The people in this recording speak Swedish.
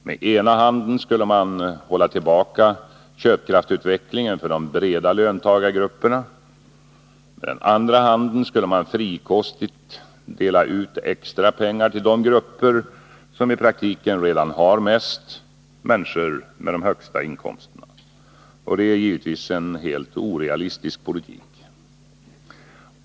Med ena handen skulle man hålla tillbaka köpkraftsutvecklingen för de breda löntagargrupperna. Med den andra handen skulle man frikostigt dela ut extra pengar till de grupper som i praktiken redan har mest, nämligen människor med de högsta inkomsterna. Det är givetvis en helt orealistisk politik.